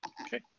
Okay